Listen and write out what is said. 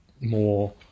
more